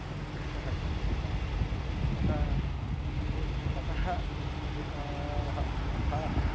उत्कृष्टः ग्रन्थः अतः ततः उद्धृताः कथाः